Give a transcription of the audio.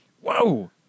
Whoa